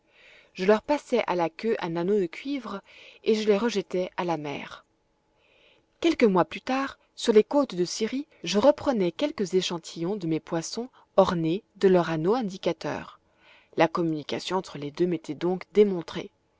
je leur passai à la queue un anneau de cuivre et je les rejetai à la mer quelques mois plus tard sur les côtes de syrie je reprenais quelques échantillons de mes poissons ornés de leur anneau indicateur la communication entre les deux m'était donc démontrée